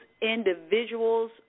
individuals